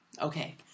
okay